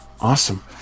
Awesome